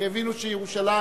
כי הבינו שירושלים,